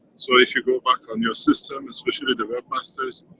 so, if you go back on your system, especially the webmasters,